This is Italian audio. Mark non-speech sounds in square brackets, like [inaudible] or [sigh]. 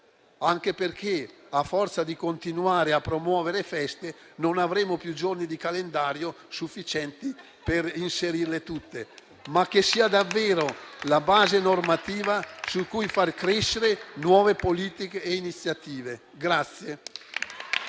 (anche perché a forza di continuare a promuovere feste non avremo più giorni di calendario sufficienti per inserirle tutte), [applause] ma che sia davvero la base normativa su cui far crescere nuove politiche e iniziative.